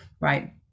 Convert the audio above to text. right